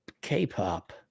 K-pop